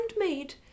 handmade